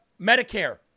Medicare